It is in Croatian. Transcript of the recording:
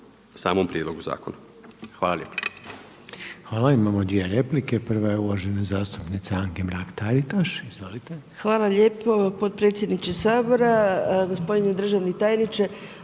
samom prijedlogu zakona. Hvala lijepo.